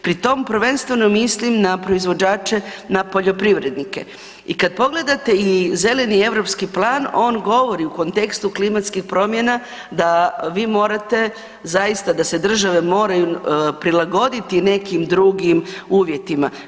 Pri tom prvenstveno mislim na proizvođače, na poljoprivrednike i kad pogledate i Zeleni europski plan, on govori u kontekstu klimatskih promjena da vi morate, zaista, da se države moraju prilagoditi nekim drugim uvjetima.